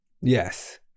Yes